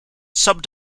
sub